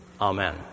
Amen